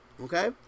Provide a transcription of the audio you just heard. okay